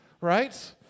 Right